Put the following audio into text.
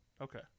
okay